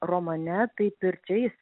romane taip ir čia jis